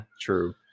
true